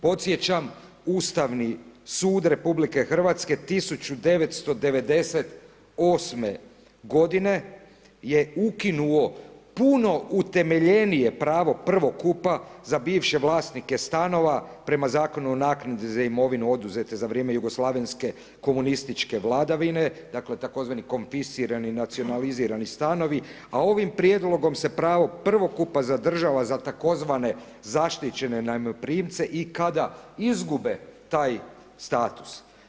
Podsjećam Ustavni sud RH 1998. g. je ukinuo puno utemeljenije pravo prvokupa za bivše vlasnike stanova prema Zakonu o naknadi za imovinu oduzete za vrijeme jugoslavenske komunističke vladavine, dakle tzv. konfiscirani nacionalizirani stanovi a ovim prijedlogom se prva prvokupa zadržava za tzv. zaštićene najmoprimce i kada izgube taj status.